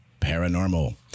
paranormal